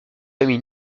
famille